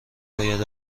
باید